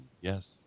Yes